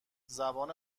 زبان